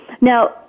now